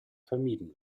vermieden